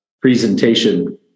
presentation